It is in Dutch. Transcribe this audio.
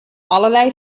allerlei